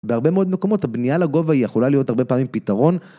בהרבה מאוד מקומות הבנייה לגובה היא יכולה להיות הרבה פעמים פתרון.